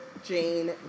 Jane